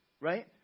right